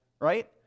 Right